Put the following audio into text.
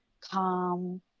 calm